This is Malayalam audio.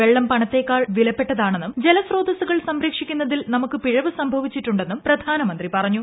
വെള്ളം പണത്തേക്കാൾ വിലപ്പെട്ടതാണെന്നും ജലസ്രോതസ്സുകൾ സംരക്ഷിക്കുന്നതിൽ നമുക്ക് പിഴവ് സംഭവിച്ചിട്ടുണ്ടെന്നും പ്രധാനമന്ത്രി പറഞ്ഞു